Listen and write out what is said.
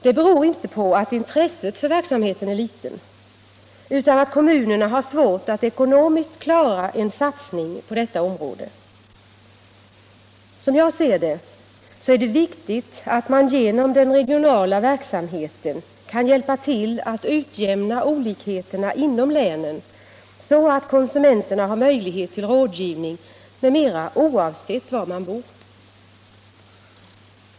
Det beror inte på att intresset för verksamheten är litet utan på att kommunerna har svårt att ekonomiskt klara en satsning på detta område. Som jag ser det är det viktigt att man genom den regionala verksamheten kan hjälpa till att utjämna olikheterna inom länen, så att konsumenterna har möjlighet till rådgivning m.m. oavsett var de bor.